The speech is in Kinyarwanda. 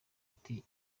ati